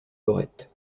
lorette